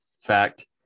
fact